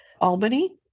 Albany